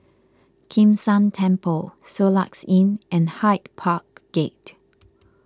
Kim San Temple Soluxe Inn and Hyde Park Gate